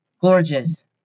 gorgeous